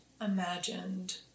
imagined